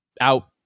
out